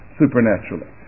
supernaturally